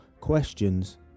questions